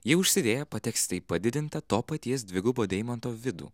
jį užsidėję pateksite į padidintą to paties dvigubo deimanto vidų